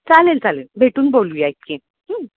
चालेल चालेल भेटून बोलूया